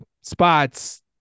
spots